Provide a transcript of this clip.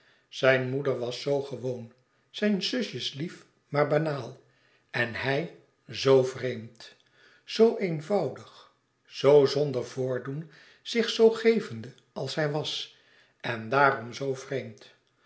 zijn moeder was zoo gewoon zijn zusjes lief maar banaal en hij zoo vreemd zoo eenvoudig zoo zonder voordoen zich zoo gevende als hij was en daarom zoo vreemd